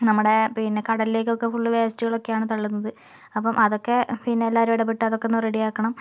നമ്മുടെ പിന്നെ കടലിലേക്ക് ഒക്കെ ഫുള്ള് വേസ്റ്റുകൾ ഒക്കെയാണ് തള്ളുന്നത് അപ്പം അതൊക്കെ പിന്നെ എല്ലാവരും ഇടപെട്ട് അതൊക്കെ ഒന്ന് റെഡിയാക്കണം